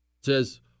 says